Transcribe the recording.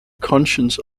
conscience